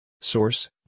Source